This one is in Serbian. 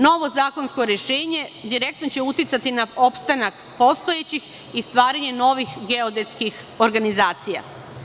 Novo zakonsko rešenje direktno će uticati na opstanak postojećih i stvaranje novih geodetskih organizacija.